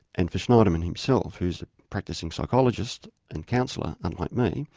and for shneidman himself, who was a practising psychologist and counsellor, unlike me,